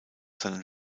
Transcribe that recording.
sein